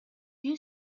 you